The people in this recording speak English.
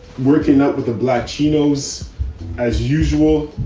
working up with the black chinos as usual.